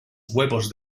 huevos